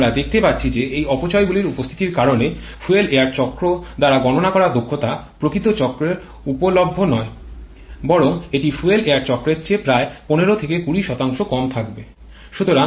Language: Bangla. এবং আমরা দেখতে পাচ্ছি যে এই অপচয় গুলির উপস্থিতির কারণে ফুয়েল এয়ার চক্র দ্বারা গণনা করা দক্ষতা প্রকৃত চক্রে উপলভ্য নয় বরং এটি ফুয়েল এয়ার চক্রের চেয়ে প্রায় ১৫ থেকে ২০ কম থাকবে